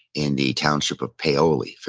and the township of paoli,